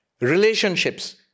Relationships